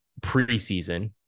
preseason